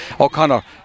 O'Connor